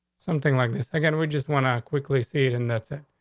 something like this again. we just want to quickly see it, and that's it.